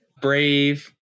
Brave